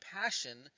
passion